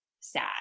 sad